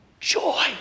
Joy